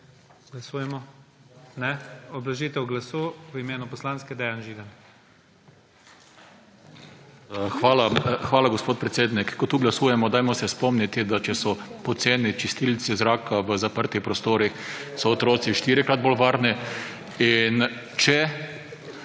Hvala, gospod predsednik. Ko tu glasujemo, se dajmo spomniti, da če so poceni čistilci zraka v zaprtih prostorih, so otroci štirikrat bolj varni.